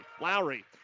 Lowry